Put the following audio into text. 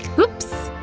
oops!